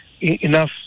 enough